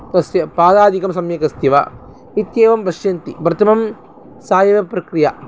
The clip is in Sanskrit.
तस्य पादादिकं सम्यगस्ति वा इत्येवं पश्यन्ति प्रथमं सा एव प्रक्रिया